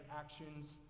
actions